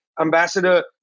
ambassador